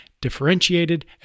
differentiated